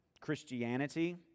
Christianity